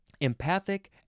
Empathic